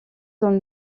donne